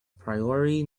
priori